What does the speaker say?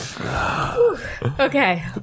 okay